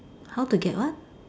how to get what